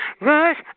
rush